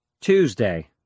Tuesday